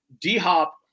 D-Hop –